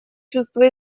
чувство